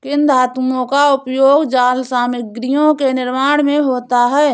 किन धातुओं का उपयोग जाल सामग्रियों के निर्माण में होता है?